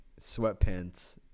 sweatpants